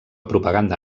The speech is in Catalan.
propaganda